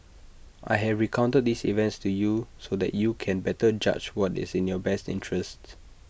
I have recounted these events to you so that you can better judge what is in your best interests